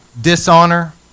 dishonor